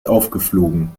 aufgeflogen